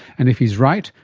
and if he's right,